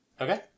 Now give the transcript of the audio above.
Okay